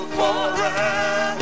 forever